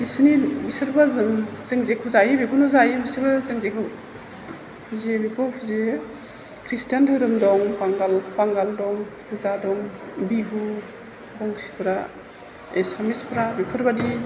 बिसिनि बिसोरबो जों जों जेखौ जायो बेखौनो जायो बिसोरो जों जेखौ फुजियो बेखौ फुजियो क्रिसटान धोरोम दं बांगाल बांगाल दं फुजा दं बिहु बंसिफ्रा एसामिसफ्रा बेफोरबादि